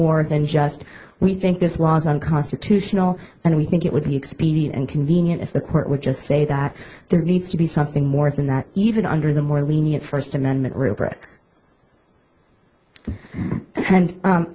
more than just we think this law is unconstitutional and we think it would be expedient and convenient if the court would just say that there needs to be something more than that even under the more lenient first amendment rubric and